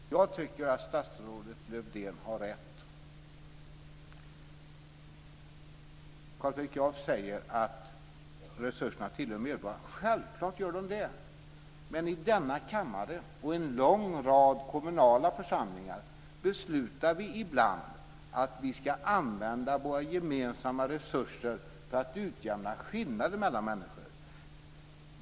Fru talman! Jag tycker att statsrådet Lövdén har rätt. Carl Fredrik Graf säger att resurserna tillhör medborgarna. Självklart gör de det. Men i denna kammare och i en lång rad kommunala församlingar beslutar vi ibland att vi ska använda våra gemensamma resurser för att utjämna skillnaderna mellan människor.